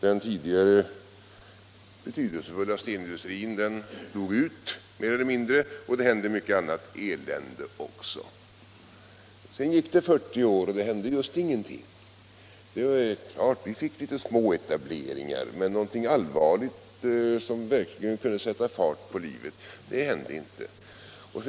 Den tidigare betydelsefulla stenindustrin dog ut mer eller mindre och det hände mycket annat elände också. Sedan gick det 40 år och det hände just ingenting. Vi fick litet småetableringar, men någonting allvarligt som verkligen kunde sätta fart på livet där hände inte.